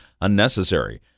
unnecessary